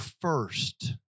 first